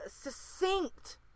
succinct